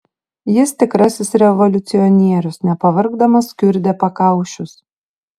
jis tikrasis revoliucionierius nepavargdamas kiurdė pakaušius